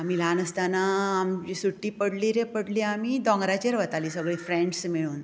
आमी ल्हान आसताना आम सुट्टी पडली रे पडली आमी दोंगराचेर वताली सगली फ्रेंड्स मेळून